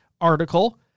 article